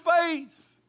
face